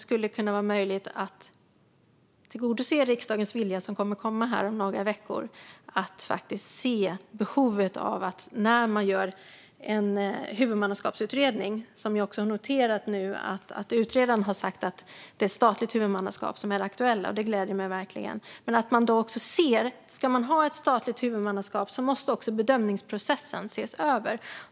Skulle det vara möjligt att tillgodose riksdagens vilja i huvudmannaskapsutredningen som kommer om några veckor? Jag har noterat att utredaren nu sagt att det är statligt huvudmannaskap som är det aktuella, och det gläder mig verkligen. Men vi vill att man ser att om man ska ha ett statligt huvudmannaskap måste också bedömningsprocessen ses över.